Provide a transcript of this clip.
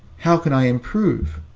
how can i improve?